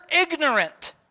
ignorant